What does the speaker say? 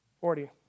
Forty